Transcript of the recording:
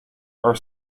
are